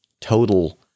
total